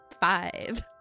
Five